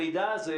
המידע הזה,